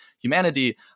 humanity